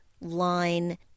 line